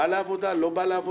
בין אם בא לעבודה או לא בא לעבודה,